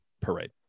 parade